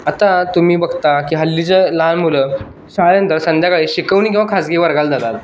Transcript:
आता तुम्ही बघता की हल्लीच्या लहान मुलं शाळेनंतर संध्याकाळी शिकवणी किंवा खासगी वर्गाला जातात